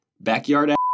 backyard